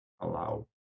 allow